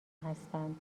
هستند